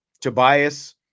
Tobias